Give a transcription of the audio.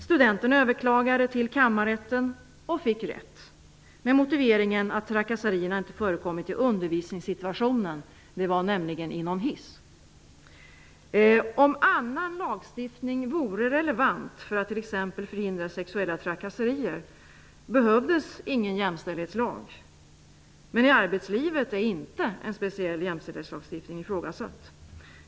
Studenten överklagade till kammarrätten och fick rätt, med motiveringen att trakasserierna inte förekommit i undervisningssituationen -- de hade nämligen skett i en hiss. Om annan lagstiftning vore relevant för att t.ex. förhindra sexuella trakasserier behövdes ingen jämställdhetslag, men i arbetslivet är inte en speciell jämställdhetslagstiftning ifrågasatt.